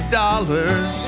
dollars